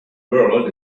world